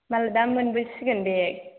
मालाय दा मोनबोसिगोन बे